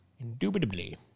Indubitably